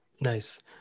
Nice